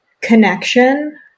connection